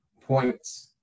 points